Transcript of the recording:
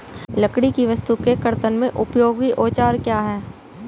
लकड़ी की वस्तु के कर्तन में उपयोगी औजार क्या हैं?